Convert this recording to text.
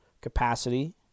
capacity